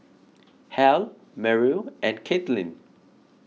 Hal Meryl and Kaitlyn